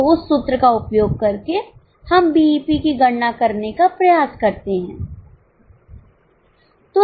तो उस सूत्र का उपयोग करके हम बीईपी की गणना करने का प्रयास करते हैं